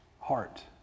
heart